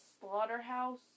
slaughterhouse